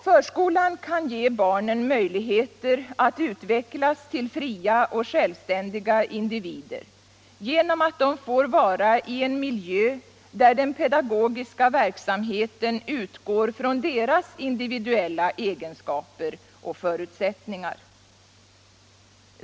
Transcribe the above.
Förskolan kan ge barnen möjligheter att utvecklas till fria och självständiga individer genom att de får vara i en miljö där den pedagogiska verksamheten utgår från deras individuella egenskaper och förutsättningar.